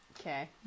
Okay